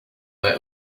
let